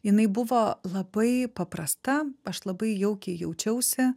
jinai buvo labai paprasta aš labai jaukiai jaučiausi